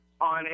on